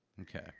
Okay